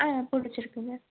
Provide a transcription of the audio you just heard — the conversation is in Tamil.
ஆ பிடிச்சிருக்குங்க